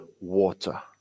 water